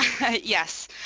Yes